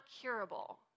curable